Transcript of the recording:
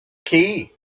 key